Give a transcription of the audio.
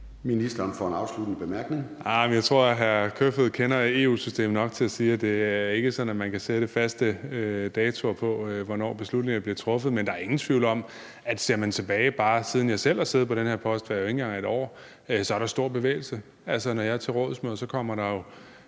(Kaare Dybvad Bek): Jeg tror, hr. Peter Kofod kender EU-systemet nok til at vide, at det ikke er sådan, at man kan sætte faste datoer på, hvornår beslutninger bliver truffet. Men der er ingen tvivl om, at ser man bare tilbage på den tid, hvor jeg selv har siddet på den her post, og det er jo ikke engang et år, så har der været stor bevægelse. Altså, når jeg er til rådsmøde, kommer der